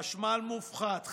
חשמל מופחת.